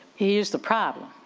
here's the problem,